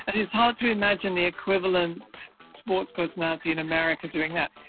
it is hard to imagine the equivalent sports personality in america doing that.